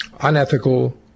unethical